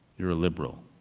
you're a liberal,